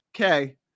Okay